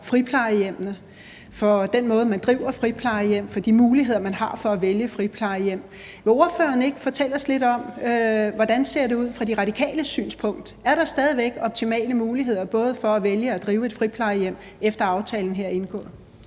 friplejehjemmene og for den måde, man driver friplejehjem på, og for de muligheder, man har for at vælge et friplejehjem. Vil ordføreren ikke fortælle os lidt om, hvordan det ser ud fra De Radikales synspunkt? Er der stadig væk optimale muligheder for både at vælge og drive et friplejehjem, efter at aftalen her er indgået?